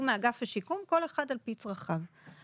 מאגף השיקום יהיה על פי צרכיו של כל אחד.